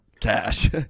cash